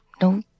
No